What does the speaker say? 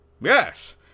Yes